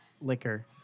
Liquor